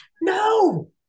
No